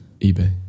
ebay